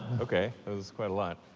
okay. that was quite a lot.